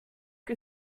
que